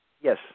Yes